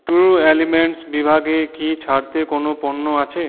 true elements বিভাগে কি ছাড়েতে কোনো পণ্য আছে